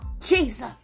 Jesus